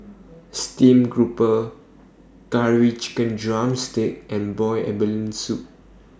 Steamed Grouper Curry Chicken Drumstick and boiled abalone Soup